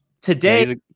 today